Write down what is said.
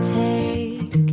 take